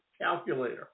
calculator